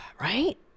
right